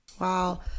wow